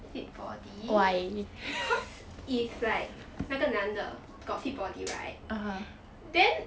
fit body cause if like 那个男的 got fit body right then